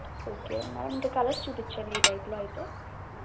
okay madam ఇంకా colours చూపించండి ఈ టైప్లో అయితే